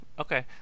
Okay